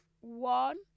one